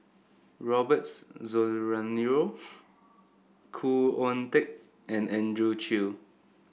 Robbers Rozario Khoo Oon Teik and Andrew Chew